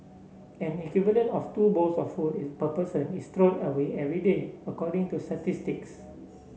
an equivalent of two bowls of food per person is thrown away every day according to statistics